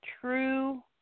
true